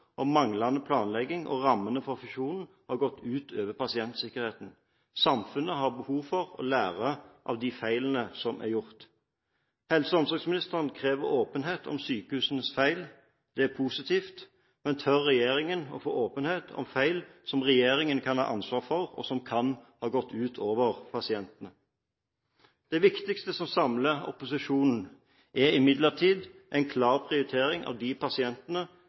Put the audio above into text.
om manglende planlegging og rammene for fusjonen har gått ut over pasientsikkerheten. Samfunnet har behov for å lære av de feilene som er gjort. Helse- og omsorgsministeren krever åpenhet om sykehusenes feil. Det er positivt. Men tør regjeringen å få åpenhet om feil som regjeringen kan ha ansvaret for, og som kan ha gått ut over pasientene? Det viktigste som samler opposisjonen, er imidlertid en klar prioritering av de pasientene